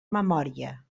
memòria